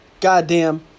goddamn